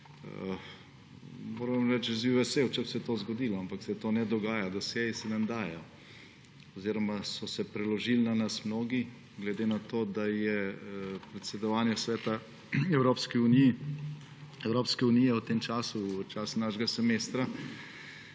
Moram reči, jaz bi bil vesel, če bi se to zgodilo, ampak se to ne dogaja. Dosjeji se nam dajajo oziroma so se mnogi preložili na nas, glede na to da je predsedovanje Svetu Evropske unije v času našega semestra